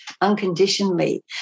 unconditionally